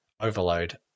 overload